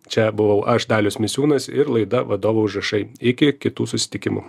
čia buvau aš dalius misiūnas ir laida vadovo užrašai iki kitų susitikimų